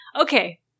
Okay